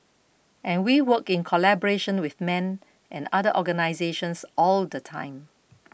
and we work in collaboration with men and other organisations all the time